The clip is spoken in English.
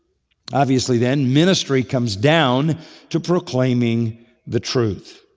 obviously then, ministry comes down to proclaiming the truth.